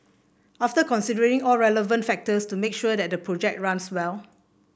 after considering all relevant factors to make sure that the project runs well